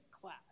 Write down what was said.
class